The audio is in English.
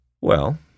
Well